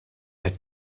had